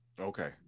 Okay